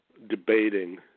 Debating